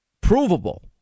provable